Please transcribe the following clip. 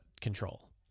control